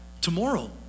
Tomorrow